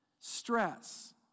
Stress